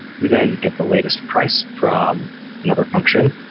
we then get the latest price from another function.